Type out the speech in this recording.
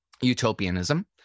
utopianism